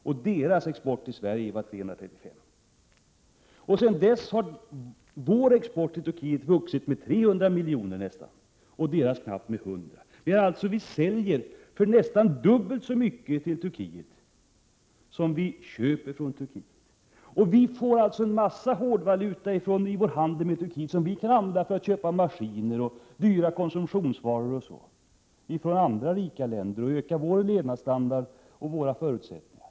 Turkiets export till Sverige var 335 miljoner. Sedan dess har vår export till Turkiet vuxit med nästan 300 miljoner och Turkiets med drygt 100 miljoner. Vi säljer alltså för nästan dubbelt så mycket till Turkiet som vi köper från Turkiet. Vi får en hel del hårdvaluta genom vår handel med Turkiet; valuta som vi kan använda för att köpa maskiner och konsumtionsvaror från andra rika länder och på så sätt öka vår levnadsstandard och förbättra våra Prot. 1987/88:82 produktionsförutsättningar.